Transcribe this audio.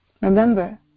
Remember